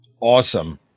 Awesome